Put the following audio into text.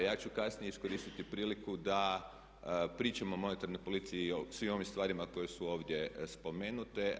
Ja ću kasnije iskoristiti priliku da pričamo o monetarnoj politici i svim ovim stvarima koje su ovdje spomenute.